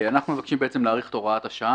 אנחנו מבקשים ל האריך את הוראת השעה